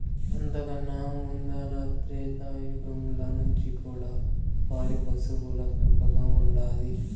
అంతకన్నా ముందల త్రేతాయుగంల నుంచి కూడా పాడి పశువుల పెంపకం ఉండాది